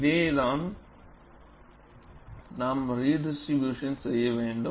இதையேதான் நாம் ரிடிஸ்ட்ரிபியூஷன் செய்ய வேண்டும்